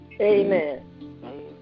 Amen